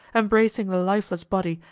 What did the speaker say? embracing the lifeless body,